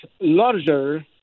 larger